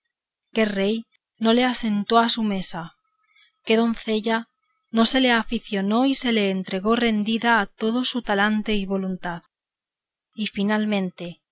qué rey no le asentó a su mesa qué doncella no se le aficionó y se le entregó rendida a todo su talante y voluntad y finalmente